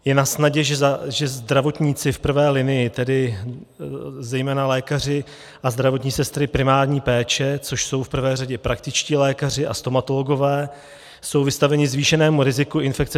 Je nasnadě, že zdravotníci v prvé linii, tedy zejména lékaři a zdravotní sestry primární péče, což jsou v prvé řadě praktičtí lékaři a stomatologové, jsou vystaveni zvýšenému riziku infekce tuberkulózou.